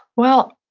well,